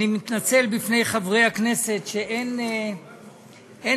אני מתנצל בפני חברי הכנסת שאין אקשן